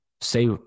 say